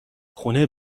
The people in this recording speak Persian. خونه